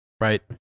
Right